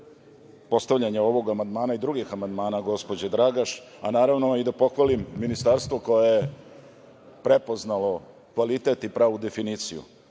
postavljanja ovog amandmana i drugih amandmana gospođe Dragaš, a naravno i da pohvalim Ministarstvo koje je prepoznalo kvalitet i pravu definiciju. Ovo